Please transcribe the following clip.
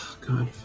God